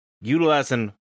utilizing